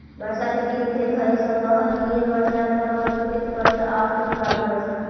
वर्षा के तीन भेद हई संवहनीय वर्षा, पर्वतकृत वर्षा औउर चक्रवाती वर्षा